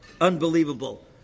Unbelievable